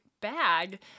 bag